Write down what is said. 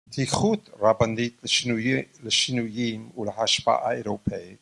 דריכות רבנית לשינויים ולהשפעה אירופאית